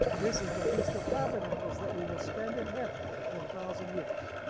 this is the feast of tabernacles that we will spend in heaven for a thousand years.